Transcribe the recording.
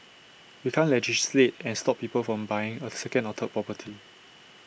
we can't legislate and stop people from buying A second or third property